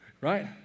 right